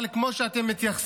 אבל כמו שמתייחסים